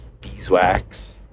beeswax